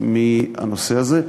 מהנושא הזה,